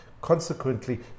Consequently